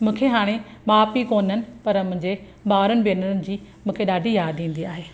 मूंखे हाणे माउ पीउ कोन्हनि पर मुंहिंजे भावरनि भेनरुनि जी मूंखे ॾाढी यादि ईंदी आहे